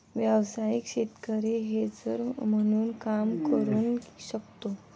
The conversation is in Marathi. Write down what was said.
व्यावसायिक शेतकरी हेजर म्हणून काम करू शकतो